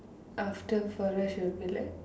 after for that she will be like